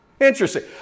Interesting